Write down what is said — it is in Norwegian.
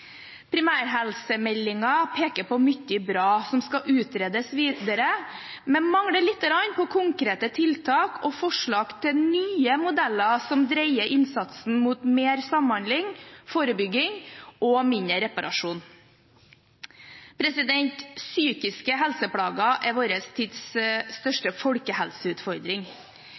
peker på mye bra som skal utredes videre, men mangler litt på konkrete tiltak og forslag til nye modeller som dreier innsatsen mot mer samhandling, forebygging og mindre reparasjon. Psykiske helseplager er vår tids